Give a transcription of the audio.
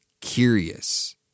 curious